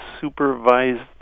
supervised